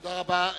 תודה רבה.